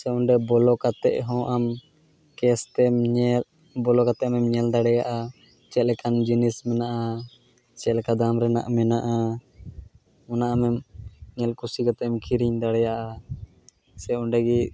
ᱥᱮ ᱚᱸᱰᱮ ᱵᱚᱞᱚ ᱠᱟᱛᱮᱫᱦᱚᱸ ᱟᱢ ᱠᱮᱥᱛᱮᱢ ᱧᱮᱞ ᱵᱚᱞᱚ ᱠᱟᱛᱮᱫ ᱟᱢᱮᱢ ᱧᱮᱞ ᱫᱟᱲᱮᱭᱟᱜᱼᱟ ᱪᱮᱫ ᱞᱮᱠᱟᱱ ᱡᱤᱱᱤᱥ ᱢᱮᱱᱟᱜᱼᱟ ᱪᱮᱫ ᱞᱮᱠᱟ ᱫᱟᱢ ᱨᱮᱱᱟᱜ ᱢᱮᱱᱟᱜᱼᱟ ᱚᱱᱟ ᱟᱢᱮᱢ ᱧᱮᱞ ᱠᱩᱥᱤ ᱠᱟᱛᱮᱫᱮᱢ ᱠᱤᱨᱤᱧ ᱫᱟᱲᱮᱭᱟᱜᱼᱟ ᱥᱮ ᱚᱸᱰᱮᱜᱮ